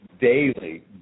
daily